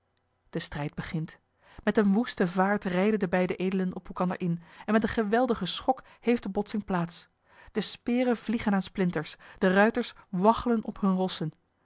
de strijd begint met eene woeste vaart rijden de beide edelen op elkander in en met een geweldigen schok heeft de botsing plaats de speren vliegen aan splinters de ruiters waggelen op hunne tossen